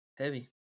Heavy